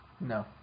No